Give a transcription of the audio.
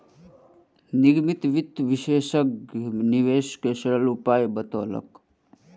निगमित वित्त विशेषज्ञ निवेश के सरल उपाय बतौलक